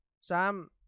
Sam